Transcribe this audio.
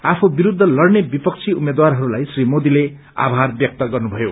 आफू विस्त्र लड़ने विपक्षी उम्मेद्वारहरूलाई श्री मोदीले आधार व्यक्त गर्नुभयो